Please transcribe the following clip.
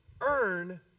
earn